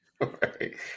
Right